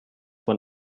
man